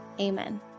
Amen